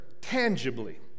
tangibly